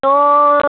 તો